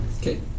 Okay